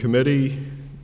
committee